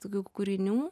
tokių kūrinių